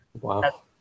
wow